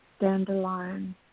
dandelion